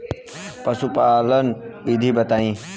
पशुपालन विधि बताई?